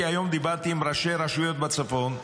כי היום דיברתי עם ראשי רשויות בצפון.